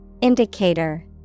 Indicator